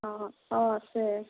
অ অ আছে